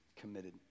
committed